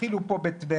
התחילו פה בטבריה,